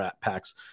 packs